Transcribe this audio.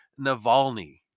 Navalny